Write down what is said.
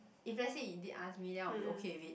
if let's say you did ask me then I'll be okay with it